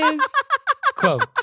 quote